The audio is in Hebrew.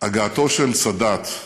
הגעתו של סאדאת,